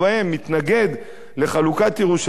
מתנגד לחלוקת ירושלים,